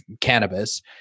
cannabis